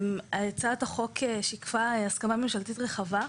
הצעת החוק שיקפה הסכמה ממשלתית רחבה,